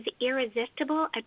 irresistible